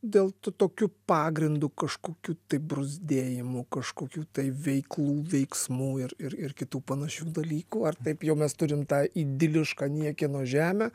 dėl to tokių pagrindų kažkokių tai bruzdėjimų kažkokių tai veiklų veiksmų ir ir kitų panašių dalykų ar taip jau mes turim tą idilišką niekieno žemę